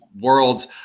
worlds